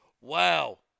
Wow